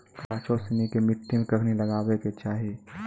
गाछो सिनी के मट्टी मे कखनी लगाबै के चाहि?